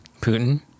Putin